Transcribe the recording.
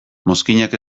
mozkinak